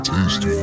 Taste